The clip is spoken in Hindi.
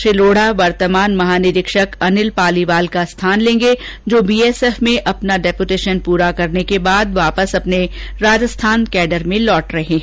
श्री लोढ़ा वर्तमान महानिरीक्षक अनिल पालीवाल का स्थान लेंगे जो बीएसएफ में अपना डेप्युटेशन पूरा करने के बाद वापिस अपने राजस्थान कैंडर में लौट रहे है